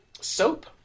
soap